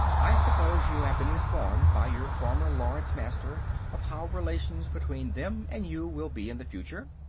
i suppose you have been informed by your former lords-master of how relations between them and you will be in the future?